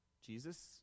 Jesus